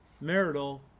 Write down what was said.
marital